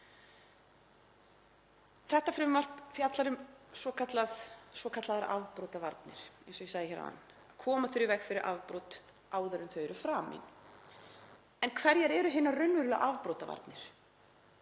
Þetta frumvarp fjallar um svokallaðar afbrotavarnir, eins og ég sagði hér áðan, að koma þurfi í veg fyrir afbrot áður en þau eru framin. En hverjar eru hinar raunverulegu afbrotavarnir?